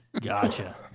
Gotcha